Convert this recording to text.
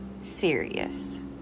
serious